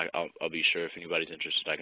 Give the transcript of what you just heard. um i'll ah be sure, if anybody is interested, like